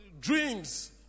dreams